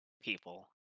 people